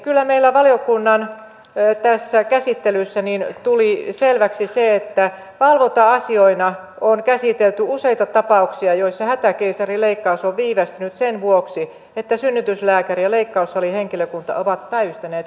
kyllä meillä valiokunnan käsittelyssä tuli selväksi se että valvonta asioina on käsitelty useita tapauksia joissa hätäkeisarileikkaus on viivästynyt sen vuoksi että synnytyslääkäri ja leikkaussalihenkilökunta ovat päivystäneet kotonaan